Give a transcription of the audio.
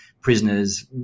prisoners